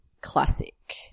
classic